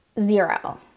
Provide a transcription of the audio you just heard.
zero